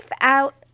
out